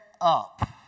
up